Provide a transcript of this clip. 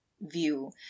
view